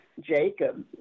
Jacob